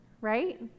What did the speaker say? right